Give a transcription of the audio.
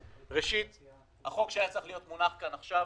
ראשית החוק שהיה צריך להיות מונח כאן עכשיו,